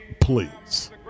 please